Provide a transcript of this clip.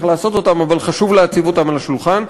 לעשות אותם אבל חשוב להציב אותם על השולחן.